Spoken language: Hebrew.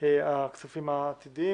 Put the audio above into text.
הכספים העתידיים.